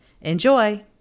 Enjoy